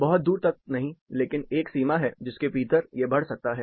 बहुत दूर तक नहीं लेकिन एक सीमा है जिसके भीतर यह बढ़ सकता है